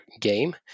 game